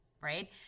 right